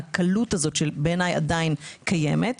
הקלות הזאת שבעיניי עדיין קיימת.